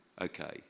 okay